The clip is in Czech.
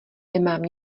nemám